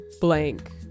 blank